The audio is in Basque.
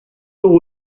dugu